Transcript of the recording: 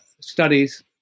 studies